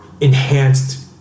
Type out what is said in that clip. enhanced